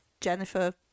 Jennifer-